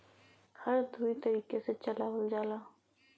हर दुई तरीके से चलावल जाला